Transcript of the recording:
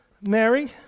mary